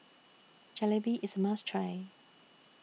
Jalebi IS A must Try